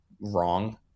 wrong